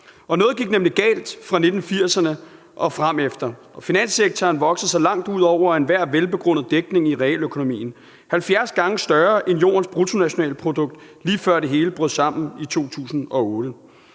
noget gik nemlig galt fra 1980'erne og fremefter. Finanssektoren voksede sig langt ud over enhver velbegrundet dækning i realøkonomien til at være 70 gange større end Jordens bruttonationalprodukt, lige før det hele brød sammen i 2008.